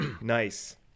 Nice